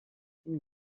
une